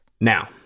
now